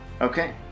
okay